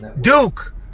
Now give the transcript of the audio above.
Duke